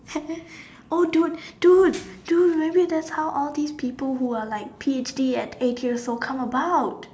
oh dude dude do you remember that's how all these people have P_H_D at eight years old come about